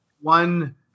one